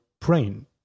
brain